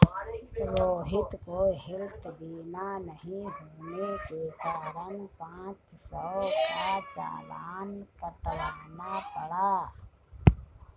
रोहित को हैल्थ बीमा नहीं होने के कारण पाँच सौ का चालान कटवाना पड़ा